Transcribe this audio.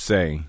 Say